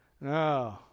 No